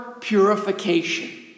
purification